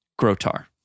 Grotar